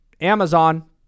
Amazon